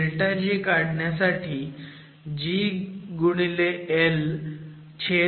g काढण्यासाठी gL4t